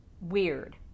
weird